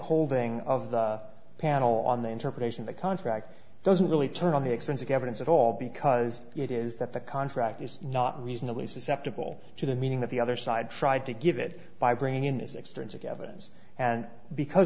holding of the panel on the interpretation of the contract doesn't really turn on the expense of evidence at all because it is that the contract is not reasonably susceptible to the meaning of the other side tried to give it by bringing in this extensive evidence and because